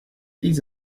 these